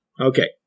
Okay